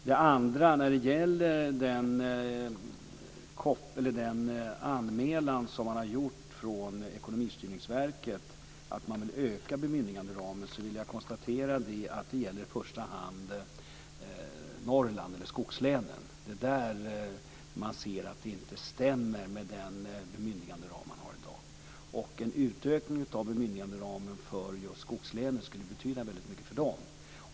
Det andra som jag vill säga är att när det gäller den anmälan som har gjorts från Ekonomistyrningsverket om att man vill öka bemyndiganderamen gäller det i första hand Norrland eller skogslänen. Det är där som det inte stämmer med den bemyndiganderam som man har i dag. En utökning av bemyndiganderamen för just skogslänen skulle betyda väldigt mycket för dem.